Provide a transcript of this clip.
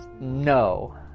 no